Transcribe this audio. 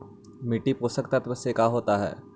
मिट्टी पोषक तत्त्व से का होता है?